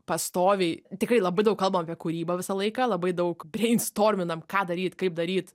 pastoviai tikrai labai daug kalbam apie kūrybą visą laiką labai daug breinstorminam ką daryt kaip daryt